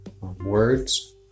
words